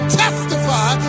testify